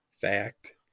fact